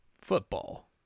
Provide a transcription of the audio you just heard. Football